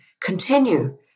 continue